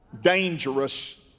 dangerous